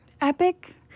epic